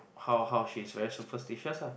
how how she is very superstitious ah